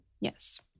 Yes